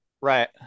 Right